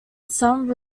some